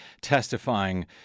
testifying